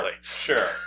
Sure